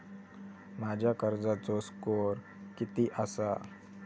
माझ्या कर्जाचो स्कोअर किती आसा?